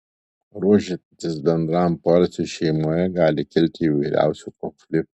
ruošiantis bendram poilsiui šeimoje gali kilti įvairiausių konfliktų